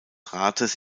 rates